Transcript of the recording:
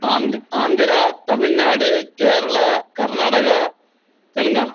ஆந்து Andhra Tamil Nadu Kerala Karnataka Telangana